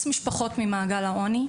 אנחנו עוסקים בחילוץ משפחות ממעגל העוני.